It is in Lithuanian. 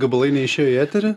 gabalai neišėjo į eterį